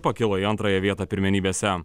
pakilo į antrąją vietą pirmenybėse